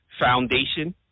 foundation